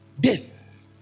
Death